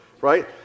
right